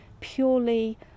purely